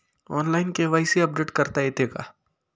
Online KYC update करता येते का?